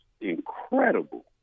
incredible